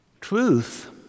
Truth